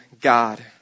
God